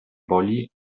boli